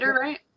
right